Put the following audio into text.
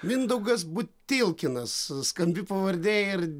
mindaugas butilkinas skambi pavardė ir